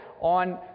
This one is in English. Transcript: on